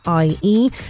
ie